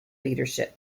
leadership